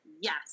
Yes